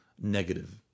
negative